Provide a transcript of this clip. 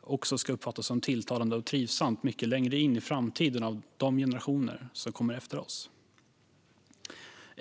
också uppfattas som tilltalande och trivsamt mycket längre in i framtiden av de generationer som kommer efter oss.